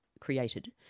created